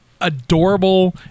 adorable